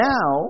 Now